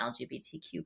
LGBTQ